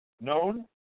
known